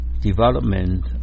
development